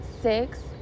six